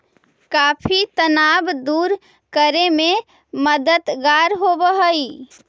coffee तनाव दूर करे में मददगार होवऽ हई